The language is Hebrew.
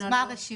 אז מה הרשימה?